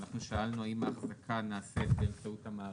אנחנו שאלנו האם ההחזקה נעשית באמצעות המערכת.